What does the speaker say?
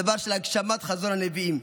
דבר של הגשמת חזון הנביאים.